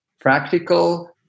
practical